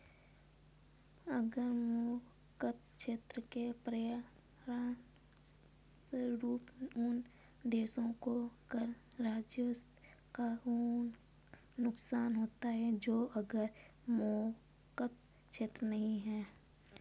कर मुक्त क्षेत्र के परिणामस्वरूप उन देशों को कर राजस्व का नुकसान होता है जो कर मुक्त क्षेत्र नहीं हैं